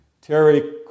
Terry